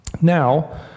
Now